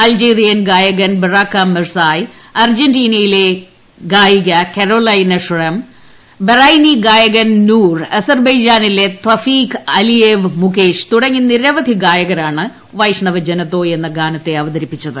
Algerian ഗായകൻ Baraka Mersai അർജന്റീനയിലെ ഗായിക കരോളിന ഷ്റം ബറൈനി ഗായകൻ നൂർ അസർബയ്ജാനിലെ ത്ഥീഖ് അലിയേവ് മുകേഷ് തുടങ്ങി നിരവധി ഗായകരാണ് വൈഷ്ണവ ജനതോ എന്ന ഗാനത്തെ അവതരിപ്പിച്ചത്